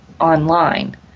online